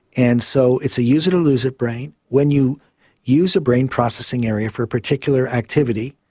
and so it's a use it or lose it brain. when you use a brain processing area for a particular activity,